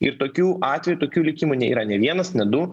ir tokių atvejų tokių likimų nėra ne vienas ne du